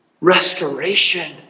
restoration